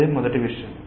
అది మొదటి విషయం